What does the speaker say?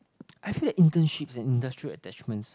I feel like internships at industrial attachments